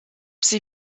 sie